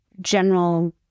general